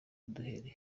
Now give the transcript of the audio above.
uduheri